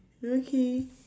okay